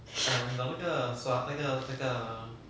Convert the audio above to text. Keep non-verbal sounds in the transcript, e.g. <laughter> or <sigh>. <laughs>